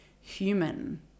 human